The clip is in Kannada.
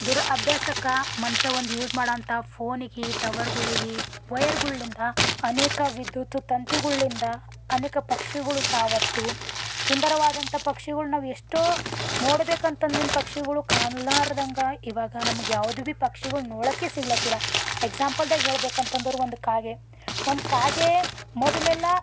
ದುರಭ್ಯಾಸಕ್ಕ ಮನುಷ್ಯ ಒಂದು ಯೂಸ್ ಮಾಡೋಂಥ ಫೋನಿಗೆ ಟವರುಗಳಗಿ ವೈರ್ಗಳಿಂದ ಅನೇಕ ವಿದ್ಯುತ್ ತಂತಿಗಳಿಂದ ಅನೇಕ ಪಕ್ಷಿಗಳು ಸಾವಪ್ತು ಸುಂದರವಾದಂಥ ಪಕ್ಷಿಗಳು ನಾವೆಷ್ಟೋ ನೋಡ್ಬೇಕು ಅಂತಂದಿನ ಪಕ್ಷಿಗಳೂ ಕಾಣಲಾರ್ದಂಗೆ ಈವಾಗ ನಮ್ಗೆ ಯಾವುದು ಭೀ ಪಕ್ಷಿಗಳು ನೋಡೋಕ್ಕೆ ಸಿಗ್ಲತ್ತಿಲ್ಲ ಎಕ್ಸಾಂಪಲ್ದಾಗ ಹೇಳ್ಬೇಕಂತಂದರ ಒಂದು ಕಾಗೆ ಒನ್ ಕಾಗೆ ಮೊದಲೆಲ್ಲ